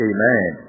Amen